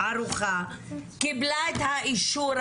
קיבלה את האישור,